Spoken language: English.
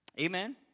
Amen